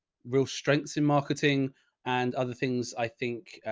real strengths in marketing and other things, i think,